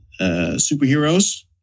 superheroes